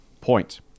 point